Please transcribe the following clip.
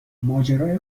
ماجرای